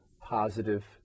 positive